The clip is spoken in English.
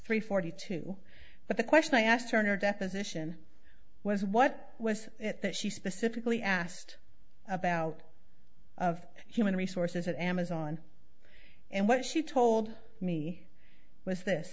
three forty two but the question i asked her in her deposition was what was it that she specifically asked about of human resources at amazon and what she told me was this